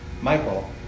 Michael